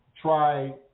Try